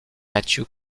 matthew